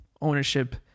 ownership